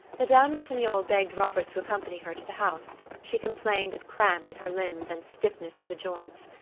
madame ratignolle begged robert to accompany her to the house she complained of cramp in her limbs and stiffness of the joints.